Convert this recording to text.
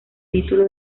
título